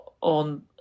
on